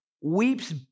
weeps